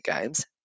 games